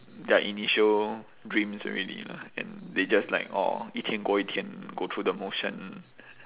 their initial dreams already lah and they just like orh 一天过一天 go through the motion